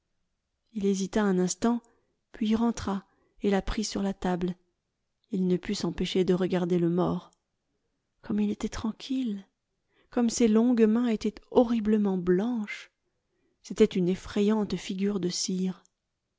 il hésita un instant puis rentra et la prit sur la table il ne put s'empêcher de regarder le mort gomme il était tranquille comme ses longues mains étaient horriblement blanches c'était une effrayante figure de cire